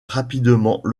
rapidement